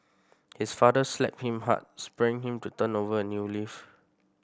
his father slapped him hard spurring him to turn over a new leaf